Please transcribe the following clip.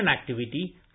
activity